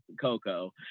Coco